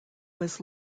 was